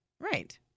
Right